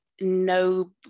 no